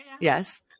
Yes